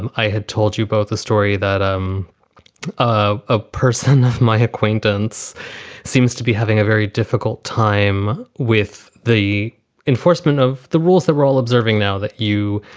and i had told you both the story that um ah a person of my acquaintance seems to be having a very difficult time with the enforcement of the rules, the role observing now that you